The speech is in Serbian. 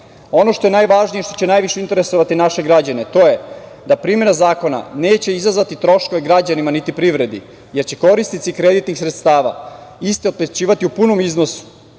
što je najvažnije i što će najviše interesovati naše građana to je da primena zakona neće izazvati troškove građanima niti privredi, jer će korisnici kreditnih sredstava iste otplaćivati u punom iznosu,